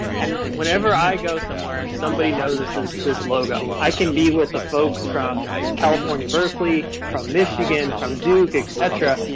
and whenever i go somewhere, somebody knows this is this logo. i can be with the folks from california berkeley, from michigan, from duke, et cetera.